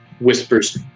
whispers